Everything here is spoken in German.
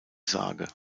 sage